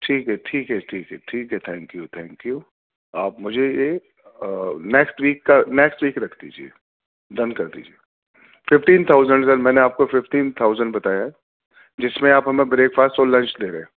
ٹھیک ہے ٹھیک ہے ٹھیک ہے تھینک یو تھینک یو آپ مجھے یہ نیکسٹ ویک کا نیکسٹ ویک رکھ لیجیے ڈن کر دیجیے ففٹین تھاؤزینڈ سر میں نے آپ کو ففٹین تھاؤزینڈ بتایا ہے جس میں آپ ہمیں بریکفاسٹ اور لنچ دے رہے ہیں